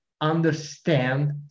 understand